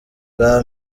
bwa